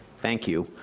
thank you.